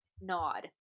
nod